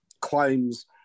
claims